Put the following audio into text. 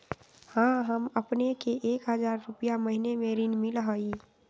हां अपने के एक हजार रु महीने में ऋण मिलहई?